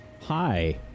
Hi